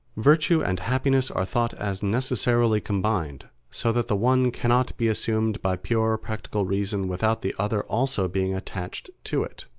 virtue and happiness are thought as necessarily combined, so that the one cannot be assumed by pure practical reason without the other also being attached to it.